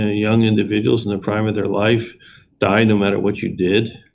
ah young individuals in the prime of their life die no matter what you did,